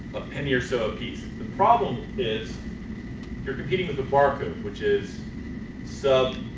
a penny or so a pieces, the problem is you're competing with the barcode which is sub,